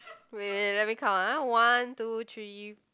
wait let me count ah one two three